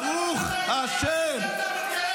ברוך השם, ברוך השם.